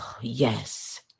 Yes